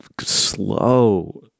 slow